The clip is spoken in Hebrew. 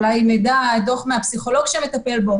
אולי אפילו דוח מהפסיכולוג שמטפל בו.